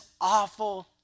awful